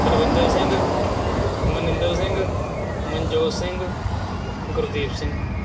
Parvinder Singh Maninder Singh Manjot Singh Gurdeep Singh